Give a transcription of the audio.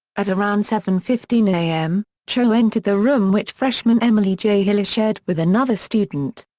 at around seven fifteen a m, cho entered the room which freshman emily j. hilscher shared with another student.